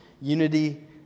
unity